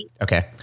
Okay